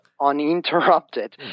uninterrupted